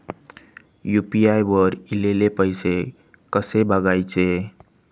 UPI वर ईलेले पैसे कसे बघायचे?